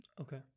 Okay